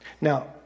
Now